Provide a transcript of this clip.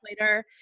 later